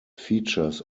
features